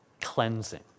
cleansing